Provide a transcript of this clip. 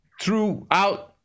throughout